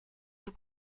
vous